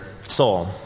soul